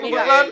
יעל.